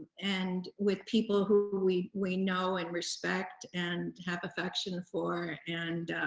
and with people who we we know and respect and have affection for. and